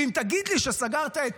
ואם תגיד לי שסגרת את